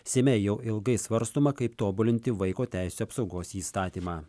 seime jau ilgai svarstoma kaip tobulinti vaiko teisių apsaugos įstatymą